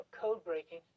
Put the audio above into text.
code-breaking